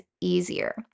easier